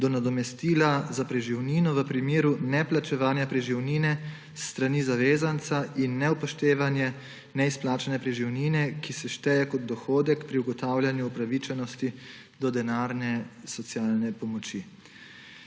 do nadomestila za preživnino v primeru neplačevanja preživnine s strani zavezanca in neupoštevanje neizplačane preživnine, ki se šteje kot dohodek pri ugotavljanju upravičenosti do denarne socialne pomoči.